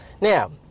Now